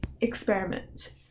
Experiment